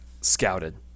scouted